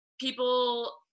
people